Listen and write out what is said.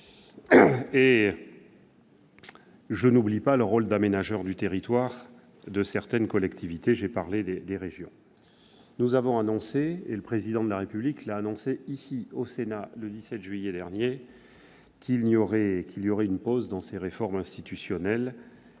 ! Je n'oublie pas le rôle d'aménageur du territoire de certaines collectivités- j'ai parlé des régions. Le Président de la République a annoncé, ici au Sénat, le 17 juillet dernier, une pause dans ces réformes institutionnelles